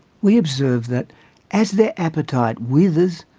we observe that as their appetite withers,